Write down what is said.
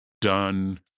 done